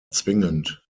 zwingend